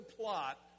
plot